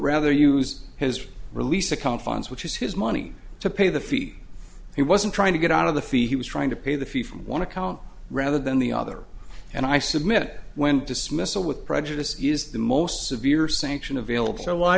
rather use his release of confidence which was his money to pay the fee he wasn't trying to get out of the fee he was trying to pay the fee from one account rather than the other and i submit when dismissal with prejudice is the most severe sanction available so why